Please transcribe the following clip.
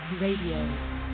Radio